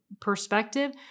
perspective